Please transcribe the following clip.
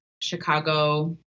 Chicago